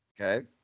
Okay